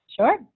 Sure